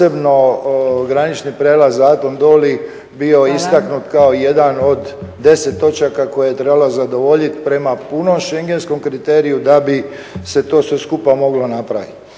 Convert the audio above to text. posebno granični prijelaz … bio istaknut kao jedan od 10 točaka koje je trebalo zadovoljit prema punom schengenskom kriteriju da bi se to sve skupa moglo napraviti.